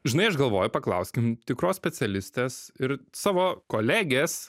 žinai aš galvoju paklauskim tikros specialistės ir savo kolegės